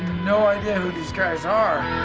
no idea who these guys are,